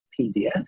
PDF